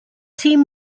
team